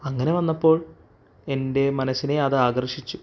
അങ്ങനെ വന്നപ്പോൾ എൻ്റെ മനസ്സിനെ അത് ആകർഷിച്ചു